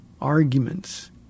arguments